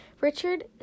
Richard